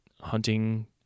hunting